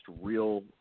real